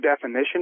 definition